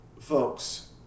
Folks